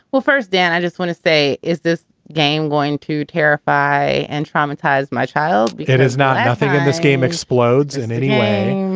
well, first down, i just want to say, is this game going to terrify and traumatize my child? it is not. i ah think in this game explodes in any way.